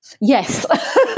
yes